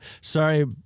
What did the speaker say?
Sorry